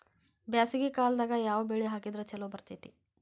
ಬ್ಯಾಸಗಿ ಕಾಲದಾಗ ಯಾವ ಬೆಳಿ ಹಾಕಿದ್ರ ಛಲೋ ಬೆಳಿತೇತಿ?